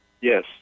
Yes